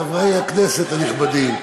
חברי הכנסת הנכבדים,